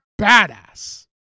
badass